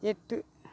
எட்டு